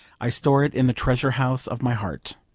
i store it in the treasure-house of my heart.